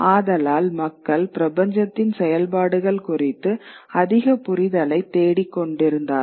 ஆதலால் மக்கள் பிரபஞ்சத்தின் செயல்பாடுகள் குறித்து அதிக புரிதலைத் தேடிக்கொண்டிருந்தார்கள்